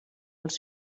dels